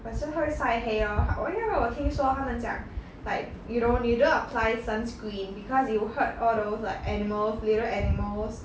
but 是会晒黑咯 ha 因为我有听说他们讲 like you don't you don't apply sunscreen because it'll hurt all those like animals little animals